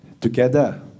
together